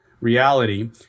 reality